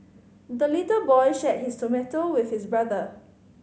the little boy shared his tomato with his brother